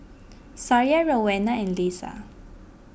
Sariah Rowena and Leisa